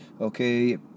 okay